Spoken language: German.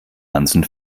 ganzen